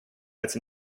it’s